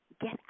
get